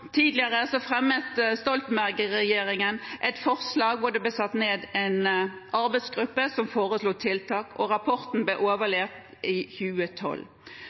tidligere fremmet Stoltenberg-regjeringen et forslag hvor det ble satt ned en arbeidsgruppe som foreslo tiltak, og rapporten ble overlevert i 2012.